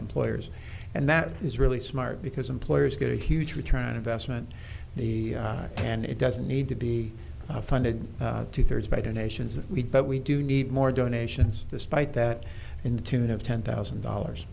employers and that is really smart because employers get a huge return on investment the time and it doesn't need to be funded by donations that we but we do need more donations despite that in the tune of ten thousand dollars